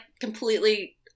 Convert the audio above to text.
completely